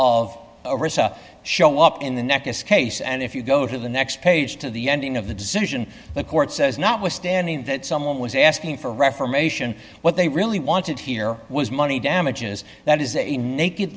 of show up in the necklace case and if you go to the next page to the ending of the decision the court says notwithstanding that someone was asking for reformation what they really wanted here was money damages that is a naked